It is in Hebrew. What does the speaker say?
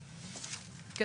זה,